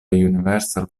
universal